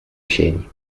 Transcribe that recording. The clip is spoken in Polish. sieni